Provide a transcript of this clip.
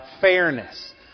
fairness